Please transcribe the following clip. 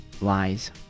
lies